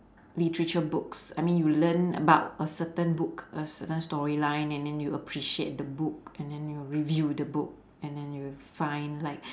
literature books I mean you learn about a certain book a certain storyline and then you appreciate the book and then you review the book and then you find like